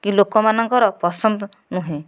କି ଲୋକମାନଙ୍କର ପସନ୍ଦ ନୁହେଁ